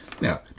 Now—